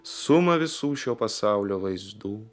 sumą visų šio pasaulio vaizdų